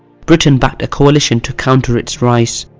britain backed a coalition to counter its rise,